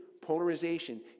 polarization